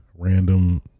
random